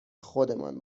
خودمان